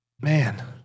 Man